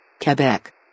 Quebec